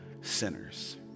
sinners